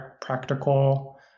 practical